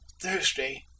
Thursday